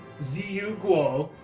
ziyu guo,